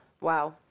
Wow